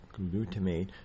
glutamate